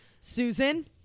Susan